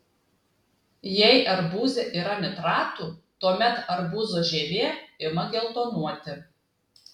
jei arbūze yra nitratų tuomet arbūzo žievė ima geltonuoti